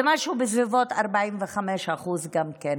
זה משהו בסביבות 45% גם כן,